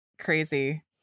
Crazy